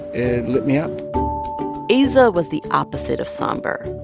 it lit me up aza was the opposite of somber.